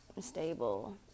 stable